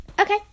Okay